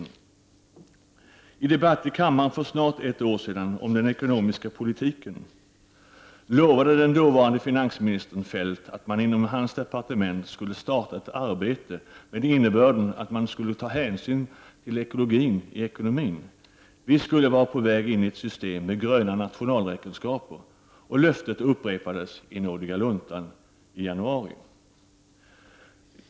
I en debatt i kammaren för snart ett år sedan om den ekonomiska politiken lovade den dåvarande finansministern Feldt att det inom hans departement skulle startas ett arbete med innebörden att man skulle ta hänsyn till ekologin i ekonomin. Vi skulle vara på väg in i ett system med gröna nationalräkenskaper. Löftet upprepades i nådiga luntan i januari.